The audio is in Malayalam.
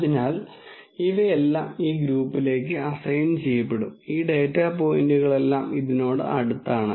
അതിനാൽ ഇവയെല്ലാം ഈ ഗ്രൂപ്പിലേക്ക് അസൈൻ ചെയ്യപ്പെടും ഈ ഡാറ്റ പോയിന്റുകളെല്ലാം ഇതിനോട് അടുത്താണ്